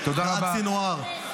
עד סנוואר,